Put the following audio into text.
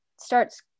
starts